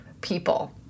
people